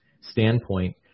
standpoint